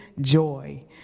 joy